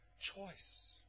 choice